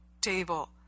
table